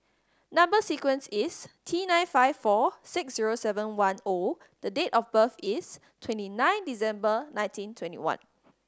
number sequence is T nine five four six zero seven one O the date of birth is twenty nine December nineteen twenty one